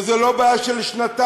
וזו לא בעיה של שנתיים.